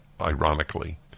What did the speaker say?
ironically